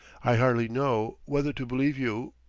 i hardly know whether to believe you.